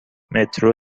مترو